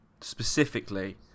specifically